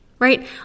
Right